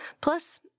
Plus